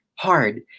Hard